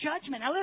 judgment